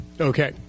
Okay